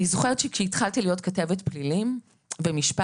אני זוכרת שכשהתחלתי להיות כתבת פליליים במשפט,